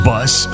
Bus